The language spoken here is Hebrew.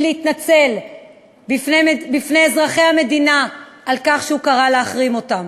להתנצל בפני אזרחי המדינה על כך שהוא קרא להחרים אותם.